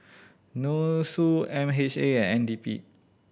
NUSSU M H A and N D P